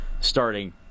starting